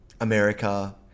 America